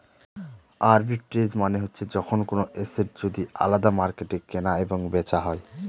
arbitrage মানে হচ্ছে যখন কোনো এসেট যদি আলাদা মার্কেটে কেনা এবং বেচা হয়